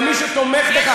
ומי שתומך בכך,